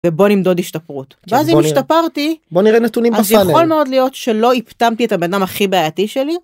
בוא נמדוד השתפרות אז אם השתפרתי בוא נראה נתונים אז יכול מאוד להיות שלא איפטמתי את הבנאדם הכי בעייתי שלי.